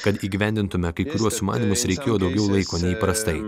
kad įgyvendintume kai kuriuos sumanymus reikėjo daugiau laiko nei įprastai